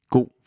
God